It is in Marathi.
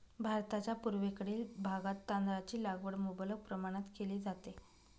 भारताच्या पूर्वेकडील भागात तांदळाची लागवड मुबलक प्रमाणात केली जाते